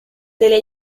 delle